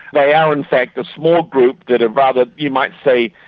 they are in fact a small group that are rather, you might say,